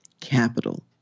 capital